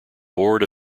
board